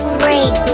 break